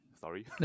Sorry